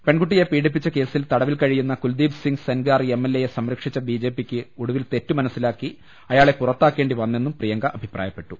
പെൺകുട്ടിയെ പീഡിപ്പിച്ച കേസിൽ തടവിൽ കഴിയുന്ന കുൽദീപ് സിംഗ് സെൻഗാർ എം എൽ എയെ സംര ക്ഷിച്ച ബി ജെ പിയ്ക്ക് ഒടുവിൽ തെറ്റു മനസില്പാക്കി അയാളെ പുറത്താക്കേണ്ടി വന്നെന്നും പ്രിയങ്ക അഭിപ്രായപ്പെട്ടു